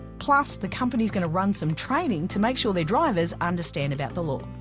plus, the company's gonna run some training to make sure the drivers understand about the law,